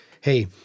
hey